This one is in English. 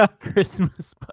Christmas